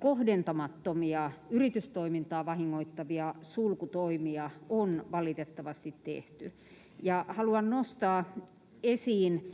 kohdentamattomia ja yritystoimintaa vahingoittavia sulkutoimia on valitettavasti tehty. Haluan nostaa esiin